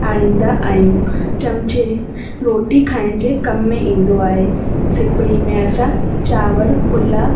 आणिंदा आहियूं चमिचे रोटी खाइण जे कम में ईंदो आहे सिपरी में असां चांवर पुलाउ